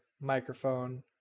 microphone